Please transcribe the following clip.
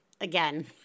again